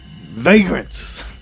vagrants